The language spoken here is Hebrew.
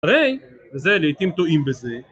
הרי, וזה לעיתים טועים בזה